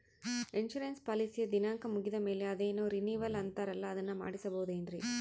Insurance ಪಾಲಿಸಿಯ ದಿನಾಂಕ ಮುಗಿದ ಮೇಲೆ ಅದೇನೋ ರಿನೀವಲ್ ಅಂತಾರಲ್ಲ ಅದನ್ನು ಮಾಡಿಸಬಹುದೇನ್ರಿ?